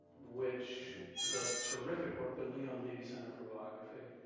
which does terrific work the leon levy center for biography